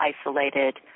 isolated